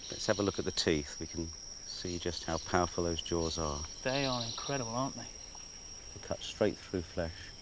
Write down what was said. let's have a look at the teeth. we can see just how powerful those jaws are. they are incredible aren't they? they cut straight through flesh.